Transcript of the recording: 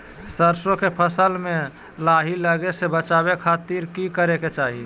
सरसों के फसल में लाही लगे से बचावे खातिर की करे के चाही?